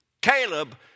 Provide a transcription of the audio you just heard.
Caleb